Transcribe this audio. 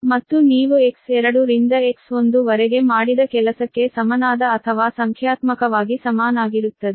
ಅಂದರೆ X2 ರಿಂದ X1 ವರೆಗೆ ಮಾಡಿದ ಕೆಲಸಕ್ಕೆ ಸಮನಾದ ಕೆಲಸ ಅಥವಾ ಸಂಖ್ಯಾತ್ಮಕವಾಗಿ ಸಮನಾಗಿರುತ್ತದೆ